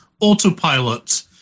autopilot